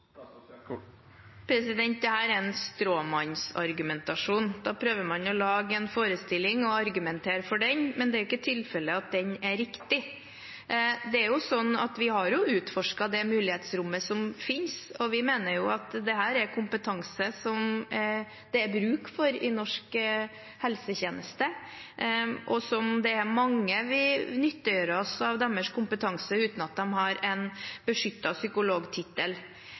er en stråmannsargumentasjon. Man prøver å lage en forestilling og argumentere for den, men det er ikke tilfelle at den er riktig. Vi har jo utforsket det mulighetsrommet som finnes, og vi mener at dette er kompetanse som det er bruk for i norsk helsetjeneste. Mange vil nyttiggjøre seg deres kompetanse uten at de har en beskyttet psykologtittel.